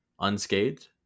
unscathed